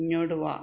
ഇഞ്ഞോട്ട് വാ